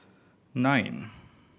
nine